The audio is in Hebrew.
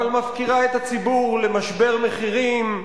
אבל מפקירה את הציבור למשבר מחירים,